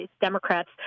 Democrats